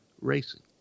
racing